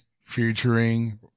featuring